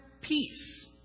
peace